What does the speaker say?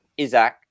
Isaac